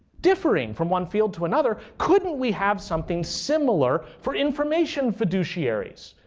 differing from one field to another, couldn't we have something similar for information fiduciaries,